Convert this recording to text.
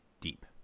deep